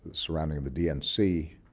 surrounding the dnc.